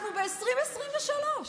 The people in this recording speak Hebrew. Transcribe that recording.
אנחנו ב-2023,